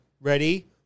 ready